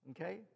Okay